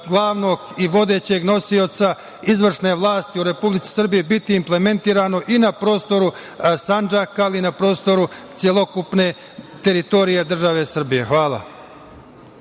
glavnog i vodećeg nosioca izvršne vlasti u Republici Srbiji, biti implementirano i na prostoru Sandžaka, ali i na prostoru celokupne teritorije države Srbije. Hvala.